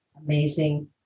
Amazing